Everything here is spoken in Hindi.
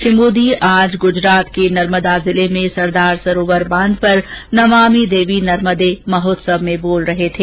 श्री मोदी आज गुजरात के नर्मदा जिले में सरदार सरोवर बांध पर नमामि देवी नर्मदे महोत्सव में बोल रहे थे